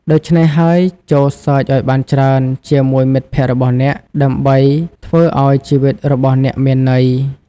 ដូច្នេះហើយ ចូរសើចឱ្យបានច្រើនជាមួយមិត្តភក្តិរបស់អ្នក ដើម្បីធ្វើឱ្យជីវិតរបស់អ្នកមានន័យ។